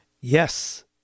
Yes